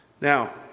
Now